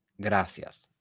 Gracias